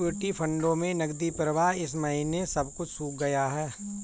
equity फंडों में नकदी प्रवाह इस महीने सब कुछ सूख गया है